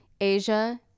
Asia